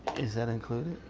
is that included?